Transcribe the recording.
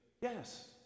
Yes